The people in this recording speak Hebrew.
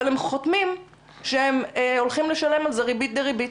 אבל הם חותמים שהם הולכים לשלם על זה ריבית דריבית,